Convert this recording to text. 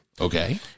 Okay